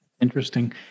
Interesting